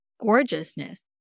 gorgeousness